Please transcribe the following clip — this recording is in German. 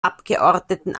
abgeordneten